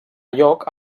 lloc